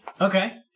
okay